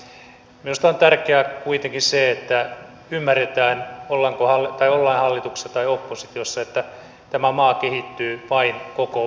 minusta on tärkeää kuitenkin se että ymmärretään ollaan hallituksessa tai oppositiossa että tämä maa kehittyy vain koko voimallaan